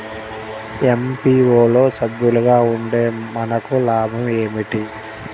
FPO లో సభ్యులుగా ఉంటే మనకు లాభం ఏమిటి?